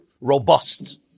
robust